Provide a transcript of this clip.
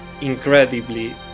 incredibly